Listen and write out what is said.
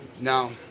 No